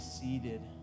seated